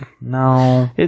No